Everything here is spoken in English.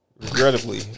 regrettably